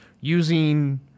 using